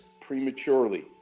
prematurely